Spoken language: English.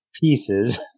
pieces